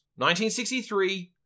1963